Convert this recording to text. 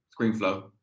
ScreenFlow